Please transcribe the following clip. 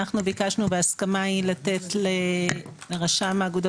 אנחנו ביקשנו בהסכמה לתת לרשם האגודות